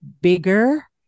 bigger